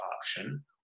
option